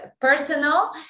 personal